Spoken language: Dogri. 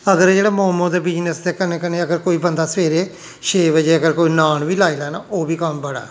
अगर एह् जेह्ड़ा मोमोस दे बिजनस दे कन्नै कन्नै अगर कोई बंदा सबेरे छे बजे अगर कोई नान बी लाई लै ना ओह् बी कम्म बड़ा ऐ